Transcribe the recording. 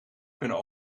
kunnen